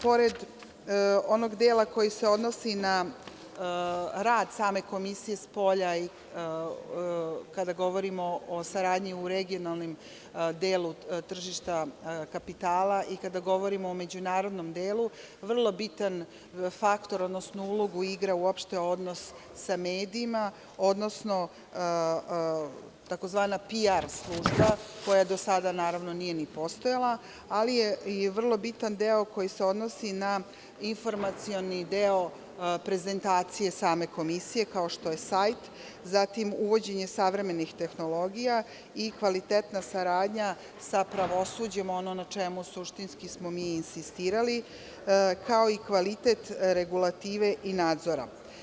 Pored onog dela koji se odnosi na rad same komisije spolja i kada govorimo o saradnji u regionalnom delu tržišta kapitala i kada govorimo o međunarodnom delu, vrlo bitan faktor, odnosno ulogu igra uopšte odnos sa medijima, odnosno tzv. PR služba koja do sada, naravno, nije ni postojala, ali je vrlo bitan deo koji se odnosi na informacioni deo prezentacije same komisije, kao što je sajt, zatim uvođenje savremenih tehnologija i kvalitetna saradnja sa pravosuđem, ono na čemu suštinski smo mi insistirali, kao i kvalitet regulative i nadzora.